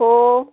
हो